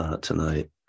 tonight